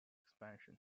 expansion